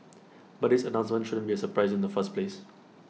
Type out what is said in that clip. but this announcement shouldn't be A surprise in the first place